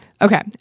Okay